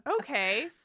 Okay